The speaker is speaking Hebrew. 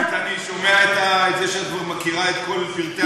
אני שומע את זה שאת כבר מכירה את כל פרטי המקרה.